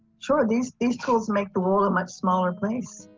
charlies in coles make the world a much smaller place.